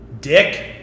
Dick